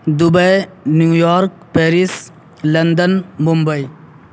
Dubai New York Paris London Mumbai